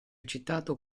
citato